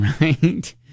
Right